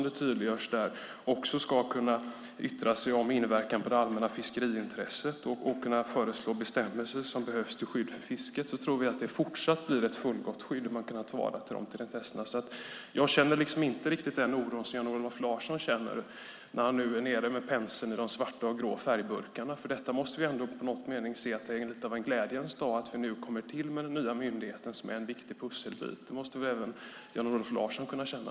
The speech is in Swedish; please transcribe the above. Det tydliggörs att den också ska kunna yttra sig om inverkan på det allmänna fiskeriintresset och kunna föreslå bestämmelser som behövs till skydd för fisket. Vi tror att det fortsatt blir ett fullgott skydd om man kan ta till vara de intressena. Jag känner inte riktigt den oro som Jan-Olof Larsson känner när han nu är nere med penseln i de svarta och grå färgburkarna. Vi måste i någon mening känna att det är lite av en glädjens dag när vi nu kommer till med den nya myndigheten som är en viktig pusselbit. Det måste även Jan-Olof Larsson kunna känna.